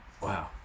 Wow